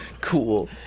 cool